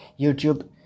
youtube